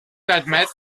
admettre